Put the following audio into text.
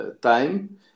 time